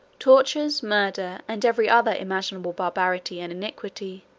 tortures, murder, and every other imaginable barbarity and iniquity,